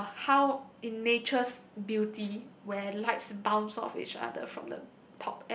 uh how in nature's beauty where lights bounce off each other from the